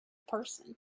person